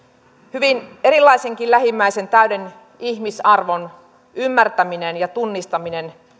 hyvin erilaisenkin lähimmäisen täyden ihmisarvon ymmärtäminen ja tunnistaminen